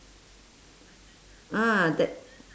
ah that